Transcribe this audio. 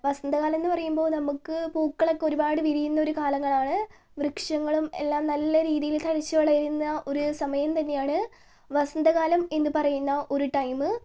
വസന്തകാലം എന്നു പറയുമ്പോൾ നമുക്ക് പൂക്കളൊക്കെ ഒരുപാട് വിരിയുന്ന ഒരു കാലങ്ങളാണ് വൃക്ഷങ്ങളും എല്ലാം നല്ല രീതിയിൽ തഴച്ച് വളരുന്ന ഒരു സമയം തന്നെയാണ് വസന്തകാലം എന്നു പറയുന്ന ഒരു ടൈം